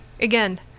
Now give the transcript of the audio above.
Again